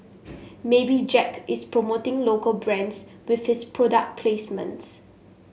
maybe Jack is promoting local brands with his product placements